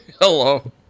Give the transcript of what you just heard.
Hello